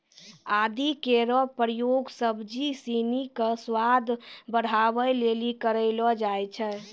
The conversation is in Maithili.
आदि केरो प्रयोग सब्जी सिनी क स्वाद बढ़ावै लेलि कयलो जाय छै